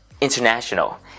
international